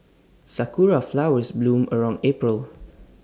Sakura Flowers bloom around April